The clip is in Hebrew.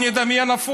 לא שמעתי ציוץ אחד מכם.